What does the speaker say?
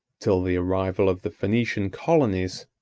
till the arrival of the phoenician colonies,